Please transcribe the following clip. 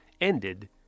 ended